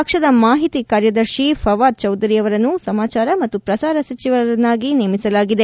ಪಕ್ಷದ ಮಾಹಿತಿ ಕಾರ್ಯದರ್ಶಿ ಫವಾದ್ ಚೌದರಿ ಅವರನ್ನು ಸಮಾಚಾರ ಮತ್ತು ಪ್ರಸಾರ ಸಚಿವರನ್ನಾಗಿ ನೇಮಿಸಲಾಗಿದೆ